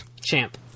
Champ